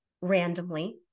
randomly